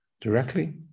directly